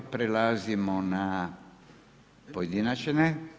Prelazimo na pojedinačne.